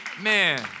Man